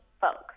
folks